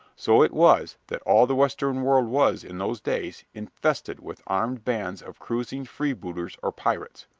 so it was that all the western world was, in those days, infested with armed bands of cruising freebooters or pirates,